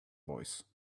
voice